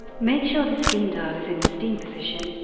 make sure the steam dial is in the steam position,